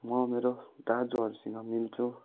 म मेरो दाजुहरूसँग मिल्छु